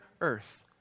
earth